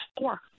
four